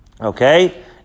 Okay